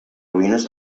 ruïnes